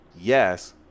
yes